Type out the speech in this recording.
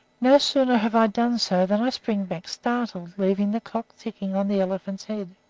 no sooner have i done so than i spring back startled, leaving the clock ticking on the elephant's head.